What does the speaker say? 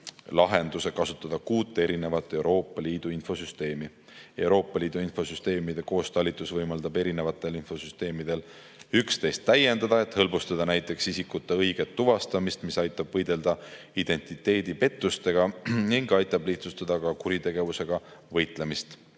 lahenduse abil kasutada kuut erinevat Euroopa Liidu infosüsteemi. Euroopa Liidu infosüsteemide koostalitus võimaldab erinevatel infosüsteemidel üksteist täiendada, et hõlbustada näiteks isikute õiget tuvastamist, mis aitab võidelda identiteedipettusega ning aitab lihtsustada ka kuritegevusega võitlemist.